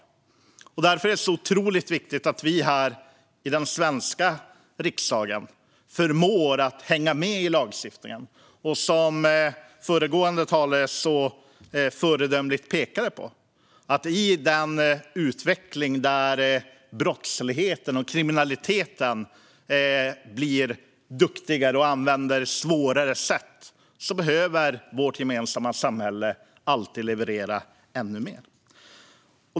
Det är därför otroligt viktigt att vi här i den svenska riksdagen förmår att hänga med när det gäller lagstiftning. Som föregående talare föredömligt pekade på behöver vårt gemensamma samhälle mot bakgrund av den utveckling där kriminella blir duktigare och använder svårare sätt alltid leverera ännu mer.